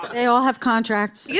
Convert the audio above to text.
they all have contracts. yeah